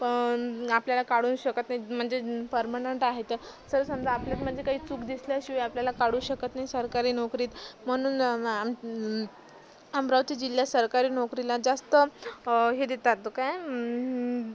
आपल्याला काढू शकत नाहीत म्हणजे परमनंट आहेत तर जर समजा आपल्यात म्हणजे काही चूक दिसल्याशिवाय आपल्याला काढू शकत नाही सरकारी नोकरीत म्हणून अमरावती जिल्ह्यात सरकारी नोकरीला जास्त हे देतात काय